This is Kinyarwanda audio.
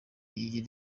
iyi